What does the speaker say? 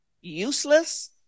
useless